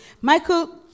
Michael